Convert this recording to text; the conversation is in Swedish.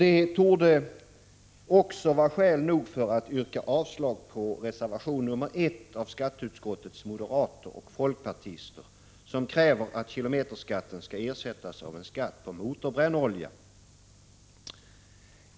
Det torde också vara skäl nog för att yrka avslag på reservation nr 1 av skatteutskottets moderater och folkpartister, som kräver att kilometerskatten skall ersättas av en skatt på motorbrännolja.